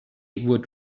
would